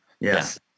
Yes